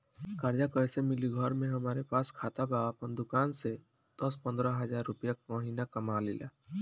कर्जा कैसे मिली घर में हमरे पास खाता बा आपन दुकानसे दस पंद्रह हज़ार रुपया महीना कमा लीला?